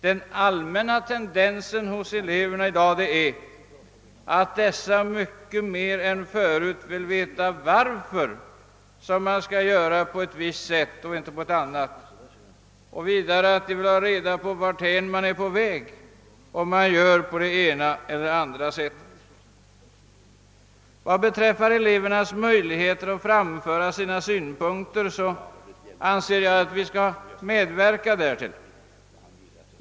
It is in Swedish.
Den allmänna tendensen hos eleverna i dag är att dessa mycket mer än förut vill veta varför man skall göra på ett visst sätt och inte på ett annat. Vidare vill eleverna ha reda på varthän man är på väg om man gör på det ena eller andra sättet. Vad beträffar elevernas möjligheter att framföra sina synpunkter anser jag att vi skall medverka därtill.